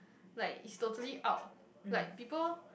like is totally out like people